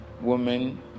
woman